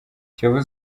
kiyovu